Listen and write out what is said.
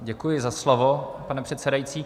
Děkuji za slovo, pane předsedající.